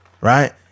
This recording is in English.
right